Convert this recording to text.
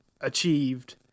achieved